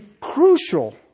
crucial